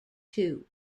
tool